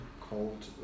called